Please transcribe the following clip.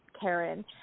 Karen